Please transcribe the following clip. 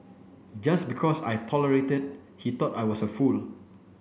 just because I tolerated he thought I was a fool